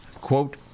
quote